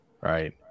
right